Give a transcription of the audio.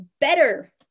better